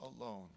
alone